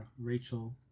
Rachel